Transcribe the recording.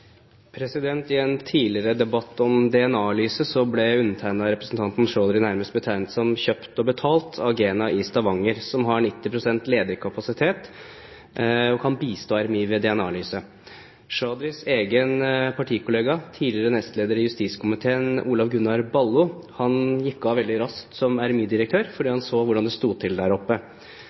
I en tidligere debatt om DNA-analyse ble undertegnede av representanten Chaudhry nærmest betegnet som kjøpt og betalt av GENA i Stavanger, som har 90 pst. ledig kapasitet og kan bistå Rettsmedisinsk institutt, RMI, med DNA-analyser. Chaudhrys egen partikollega, tidligere nestleder i justiskomiteen, Olav Gunnar Ballo, gikk av veldig raskt som RMI-direktør fordi han så hvordan det sto til der oppe.